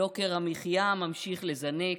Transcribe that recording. יוקר המחיה ממשיך לזנק,